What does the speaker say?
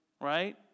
right